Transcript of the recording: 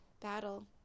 battle